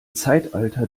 zeitalter